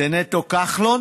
זה נטו כחלון